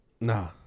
Nah